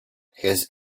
has